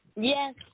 Yes